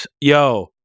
Yo